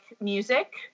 music